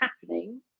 happening